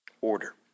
order